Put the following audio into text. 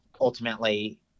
ultimately